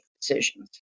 decisions